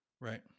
Right